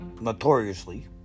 notoriously